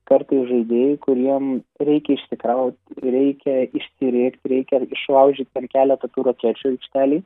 kartais žaidėjai kuriem reikia išsikraut reikia išsirėkt reikia išlaužyt ten keletą rakečių aikštelėj